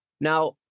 Now